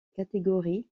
catégorie